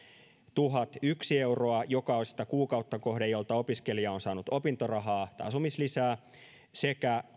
tuhatyksi euroa jokaista kuukautta kohden jolta opiskelija on saanut opintorahaa tai asumislisää sekä